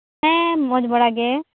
ᱦᱮᱸ ᱢᱚᱸᱡᱽ ᱵᱟᱲᱟ ᱜᱮ